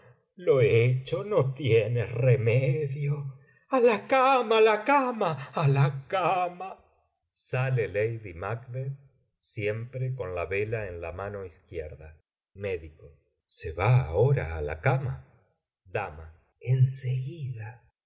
lo hecho no tiene remedio a la cama á la cama á la cama sale lady macbeth siempre con la vela en la mano izquierda se va ahora á la cama